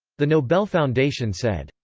the nobel foundation said,